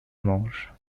mange